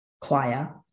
choir